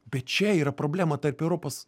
bet čia yra problema tarp europos